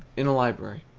in a library.